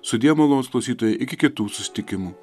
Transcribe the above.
sudie malonūs klausytojai iki kitų susitikimų